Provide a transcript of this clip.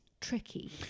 tricky